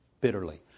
bitterly